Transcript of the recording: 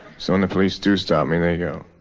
so when the police to stop me they go,